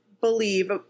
believe